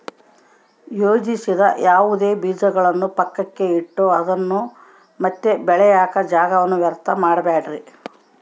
ಯೋಜಿಸದ ಯಾವುದೇ ಬೀಜಗಳನ್ನು ಪಕ್ಕಕ್ಕೆ ಇಟ್ಟು ಅದನ್ನ ಮತ್ತೆ ಬೆಳೆಯಾಕ ಜಾಗವನ್ನ ವ್ಯರ್ಥ ಮಾಡಬ್ಯಾಡ್ರಿ